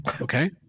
okay